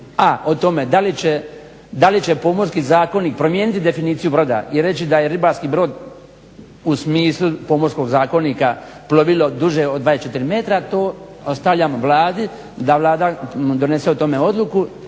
A o tome da li će pomorski zakonik promijeniti definiciju broda i reći da je ribarski brod u smislu Pomorskog zakonika plovilo duže od 24 metra, to ostavljam Vladi da Vlada donose o tome odluku.